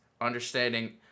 understanding